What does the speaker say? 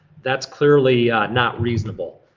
that's clearly not reasonable.